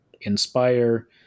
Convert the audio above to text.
inspire